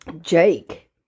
Jake